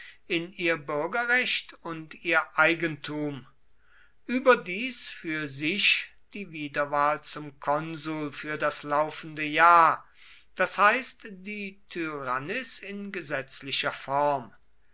in ihr bürgerrecht und ihr eigentum überdies für sich die wiederwahl zum konsul für das laufende jahr das heißt die tyrannis in gesetzlicher form